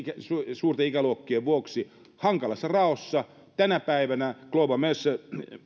ja suurten ikäluokkien vuoksi hankalassa raossa tänä päivänä mercer global